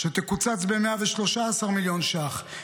שתקוצץ ב-113 מיליון ש"ח,